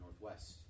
northwest